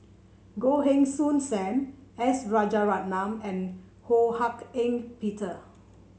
Goh Heng Soon Sam S Rajaratnam and Ho Hak Ean Peter